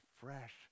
fresh